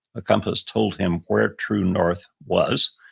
a compass told him where true north was.